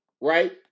right